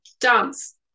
dance